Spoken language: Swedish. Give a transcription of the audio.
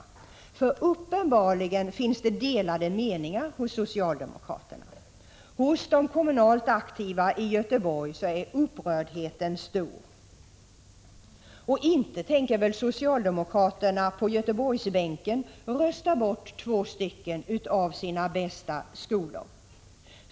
För uppenbarligen finns det delade meningar bland socialdemokraterna. Hos de kommunalt aktiva i Göteborg är upprördheten stor. Och inte tänker väl socialdemokraterna på Göteborgsbänken rösta bort två av sina bästa skolor?